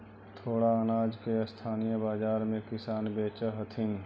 थोडा अनाज के स्थानीय बाजार में किसान बेचऽ हथिन